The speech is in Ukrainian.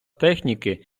техніки